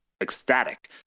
ecstatic